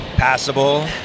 Passable